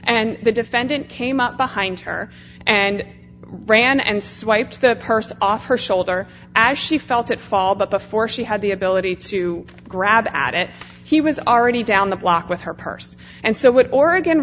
and the defendant came up behind her and ran and swipes the purse off her shoulder as she felt it fall but before she had the ability to grab at it he was already down the block with her purse and so what oregon